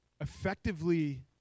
effectively